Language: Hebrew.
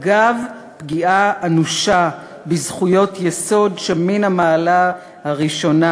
אגב פגיעה אנושה בזכויות יסוד שמן המעלה הראשונה.